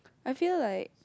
I feel like